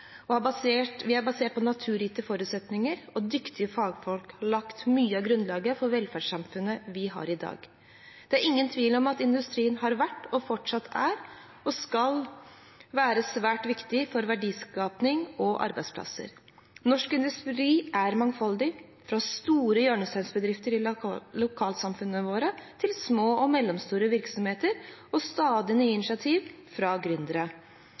Vi har basert oss på naturgitte forutsetninger, og dyktige fagfolk har lagt mye av grunnlaget for velferdssamfunnet vi har i dag. Det er ingen tvil om at industrien har vært, fortsatt er og skal være svært viktig for verdiskapning og arbeidsplasser. Norsk industri er mangfoldig, fra store hjørnesteinsbedrifter i lokalsamfunnene våre til små og mellomstore virksomheter og stadig nye initiativ fra